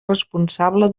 responsable